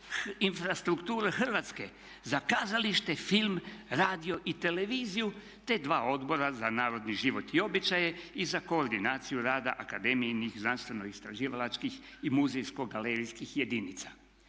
infrastrukturu Hrvatske, za kazalište, film, radio i televiziju, te dva odbora za narodni život i običaje i za koordinaciju rada akademijinih znanstveno-istraživalačkih i muzejsko-galerijskih jedinica.